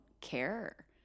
care